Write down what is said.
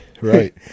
Right